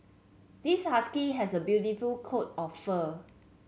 this husky has a beautiful coat of fur